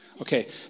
Okay